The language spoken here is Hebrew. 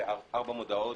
וארבע מודעות